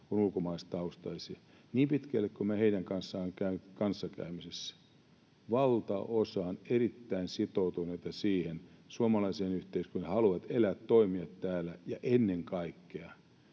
ulkomaalaistaustaisia — niin pitkälle kuin minä heidän kanssaan olen kanssakäymisissä, valtaosa on erittäin sitoutuneita suomalaiseen yhteiskuntaan. He haluavat elää ja toimia täällä, ja ennen kaikkea